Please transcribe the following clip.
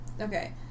Okay